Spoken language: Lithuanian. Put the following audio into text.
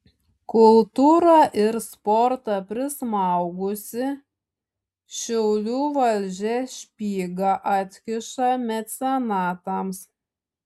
kultūrą ir sportą prismaugusi šiaulių valdžia špygą atkiša mecenatams